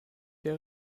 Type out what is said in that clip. der